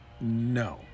No